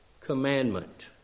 commandment